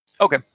Okay